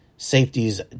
Safeties